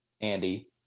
Andy